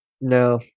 No